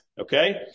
Okay